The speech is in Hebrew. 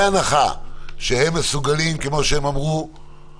אני לא מתכוון לבוא לדיונים האלה אם לא מגיע לפה שר המשפטים ומסביר.